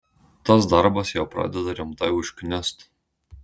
tas darbas jau pradeda rimtai užknist